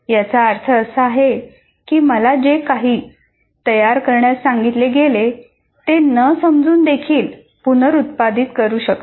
याचा अर्थ असा आहे की मला जे काही तयार करण्यास सांगितले गेले ते न समजूनदेखील पुनरुत्पादित करू शकते